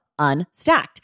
Unstacked